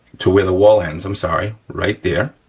to where the wall ends i'm sorry, right there,